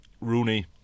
Rooney